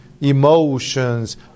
emotions